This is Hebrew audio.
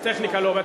הטכניקה לא עובדת.